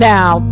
Now